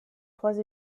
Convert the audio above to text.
trois